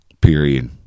Period